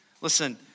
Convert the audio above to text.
listen